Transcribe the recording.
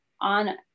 on